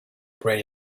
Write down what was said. brain